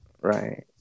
Right